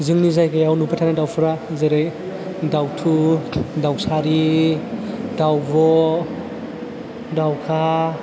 जोंनि जायगायाव नुबाय थानाय दाउफ्रा जेरै दाउथु दाउसारि दाउब' दाउखा